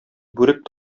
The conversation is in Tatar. бүрек